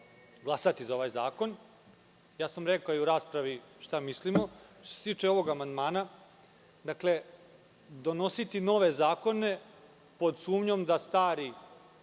glasati za ovaj zakon. Rekao sam u raspravi šta mislimo. Što se tiče ovog amandmana, donositi nove zakone pod sumnjom da stari